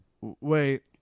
Wait